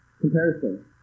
Comparison